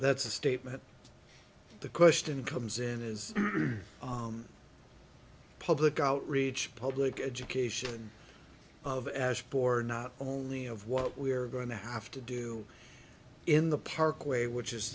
that's a statement the question comes in as public outreach public education of asheboro not only of what we are going to have to do in the parkway which is